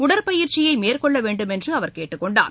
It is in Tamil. உடற்பயிற்சியை மேற்கொள்ள வேண்டும் என்று அவர் கேட்டுக் கொண்டார்